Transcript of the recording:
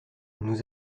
nous